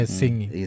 singing